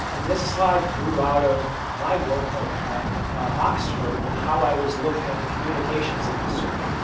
and this slide grew out of my work at oxford and how i was looking at the communications industry.